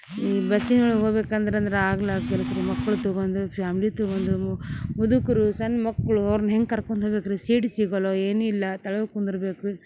ಈ ಬಸ್ಸಿನೊಳಗ ಹೋಬೇಕಂದ್ರಂದ್ರ ಆಗ್ಲಾರ್ದ ಕೆಲ್ಸ ರೀ ಮಕ್ಳು ತೊಗೊಂದು ಫ್ಯಾಮ್ಲಿ ತೊಗೊಂದು ಮು ಮುದುಕರು ಸಣ್ಣ್ ಮಕ್ಕಳು ಅವ್ರನ ಹೆಂಗ ಕರ್ಕೊಂದ್ ಹೋಗ್ಬೇಕ್ರೀ ಸೀಟ್ ಸಿಗಲೋ ಏನಿಲ್ಲ ತಳಗ ಕುಂದರ್ಬೇಕು